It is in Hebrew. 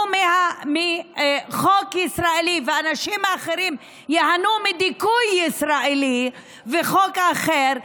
מחוק ישראלי ואנשים אחרים ייהנו מדיכוי ישראלי וחוק אחר,